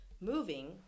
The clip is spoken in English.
moving